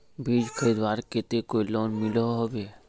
बीज खरीदवार केते कोई लोन मिलोहो होबे?